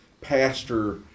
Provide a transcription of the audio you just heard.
pastor